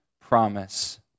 promise